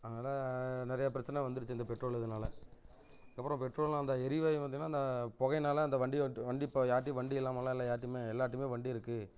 அதனால் நிறையா பிரச்சனை வந்துடுச்சு இந்த பெட்ரோல் இதுனால் அதுக்கப்புறம் பெட்ரோல்னா அந்த எரிவாயு பாத்தோன்னா அந்த புகைனால அந்த வண்டியை விட்டு வண்டி இப்போ யார்ட்டேயும் வண்டி இல்லாமல் எல்லாம் இல்லை யார்ட்டியுமே எல்லார்ட்டியுமே வண்டி இருக்குது